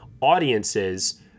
audiences